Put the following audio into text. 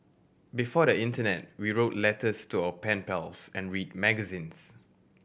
before the internet we wrote letters to our pen pals and read magazines